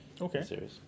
Okay